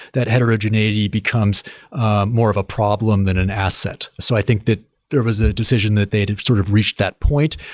that heterogeneity becomes more of a problem than an asset so i think that there was a decision that they did sort of reached that point.